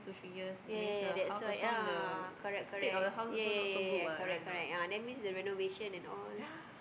ya ya ya that's why ya correct correct ya ya ya ya correct correct ah that means the renovation and all